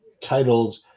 titled